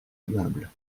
aimable